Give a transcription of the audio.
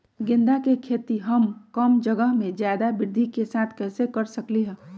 गेंदा के खेती हम कम जगह में ज्यादा वृद्धि के साथ कैसे कर सकली ह?